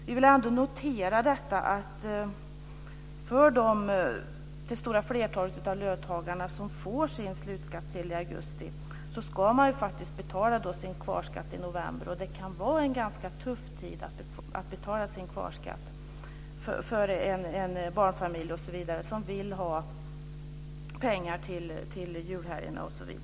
Vi vill ändå notera att för det stora flertal av löntagarna som får sin slutskattsedel i augusti ska faktiskt kvarskatten betalas i november. Det kan vara en ganska tuff tid att betala kvarskatt för t.ex. en barnfamilj som vill ha pengar till julhelgen.